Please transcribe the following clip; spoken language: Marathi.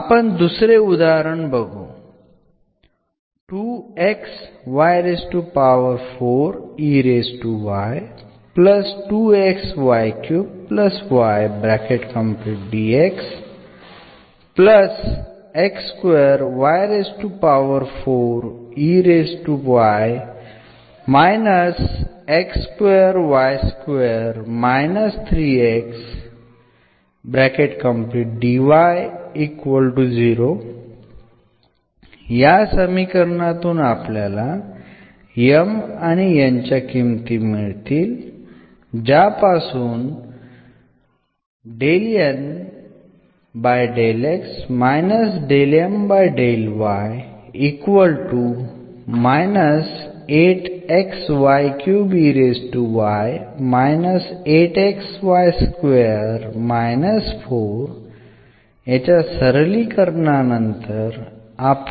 आपण दुसरे उदाहरण घेऊ या समीकरणातून आपल्याकडे मिळाले